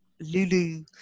Lulu